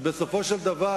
כי בסופו של דבר,